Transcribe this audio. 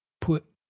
put